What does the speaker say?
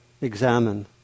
examine